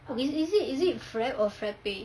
is is is it is it frap or frappe